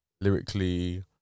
lyrically